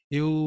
eu